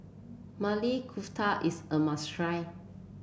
Maili Kofta is a must try